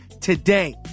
today